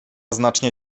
znacznie